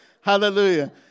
Hallelujah